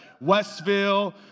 Westville